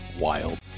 wild